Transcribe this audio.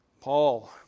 Paul